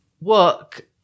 work